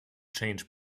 change